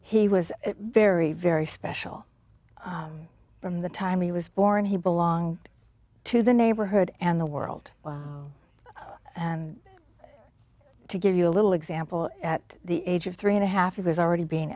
he was very very special from the time he was born he belonged to the neighborhood and the world and to give you a little example at the age of three and a half he was already being